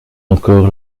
encore